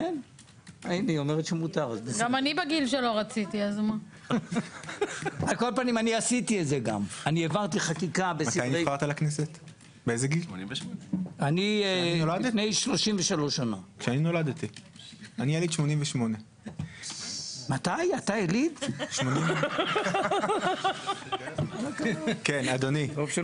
אני יליד 88'. באופן אמיתי,